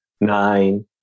nine